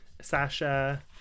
sasha